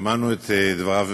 שמענו את דבריו